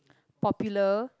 popular